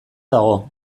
dago